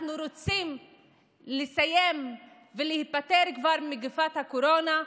אנחנו רוצים לסיים ולהיפטר כבר ממגפת הקורונה,